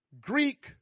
Greek